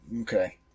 Okay